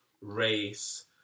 race